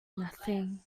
nothing